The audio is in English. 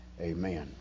amen